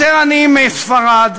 יותר עניים מספרד,